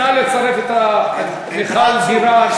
נא לצרף את מיכל בירן,